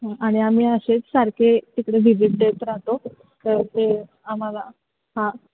आणि आम्ही असेच सारखे तिकडे विजिट देत राहतो तर ते आम्हाला हां